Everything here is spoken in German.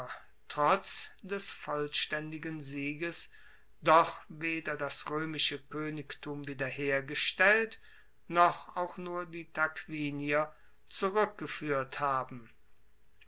trotz des vollstaendigen sieges doch weder das roemische koenigtum wiederhergestellt noch auch nur die tarquinier zurueckgefuehrt haben